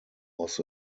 was